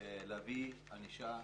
להביא ענישה